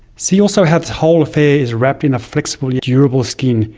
see also, how this whole affair is wrapped in flexible yet durable skin.